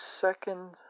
second